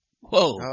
Whoa